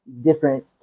different